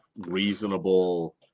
reasonable